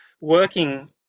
working